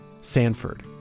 Sanford